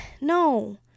no